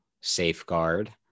safeguard